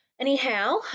Anyhow